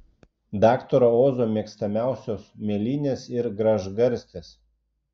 daktaro ozo mėgstamiausios mėlynės ir gražgarstės